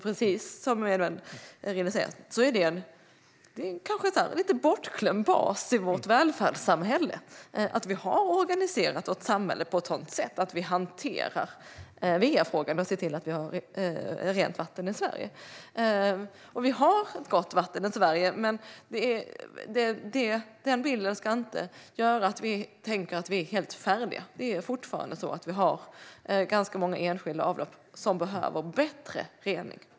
Precis som Edward Riedl säger är detta en kanske lite bortglömd bas i vårt välfärdssamhälle. Vi har organiserat vårt samhälle på ett sådant sätt att vi hanterar va-frågan och ser till att vi har rent vatten i Sverige. Vi har ett gott vatten i Sverige, men den bilden ska inte göra att vi tänker att vi är helt färdiga. Det är fortfarande så att vi har ganska många enskilda avlopp som behöver bättre rening.